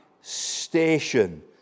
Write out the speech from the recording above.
station